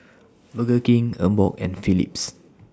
Burger King Emborg and Philips